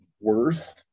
worth